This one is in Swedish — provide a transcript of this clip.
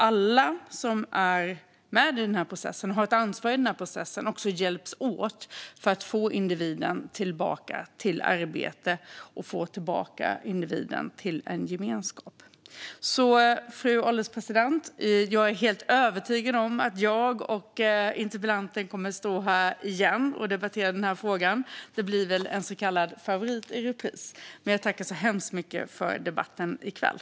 Alla som är med i processen har ett ansvar och måste hjälpas åt för att få individen tillbaka till arbete och få tillbaka individen till en gemenskap. Fru ålderspresident! Jag är helt övertygad om att jag och interpellanten kommer att stå här igen och debattera den här frågan. Det blir väl en så kallad favorit i repris. Jag tackar så hemskt mycket för debatten i kväll.